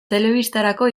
telebistarako